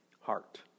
heart